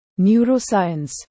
neuroscience